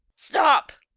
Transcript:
stop!